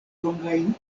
longajn